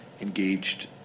engaged